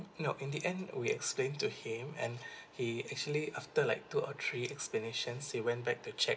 no in the end we explain to him and he actually after like two or three explanations he went back to check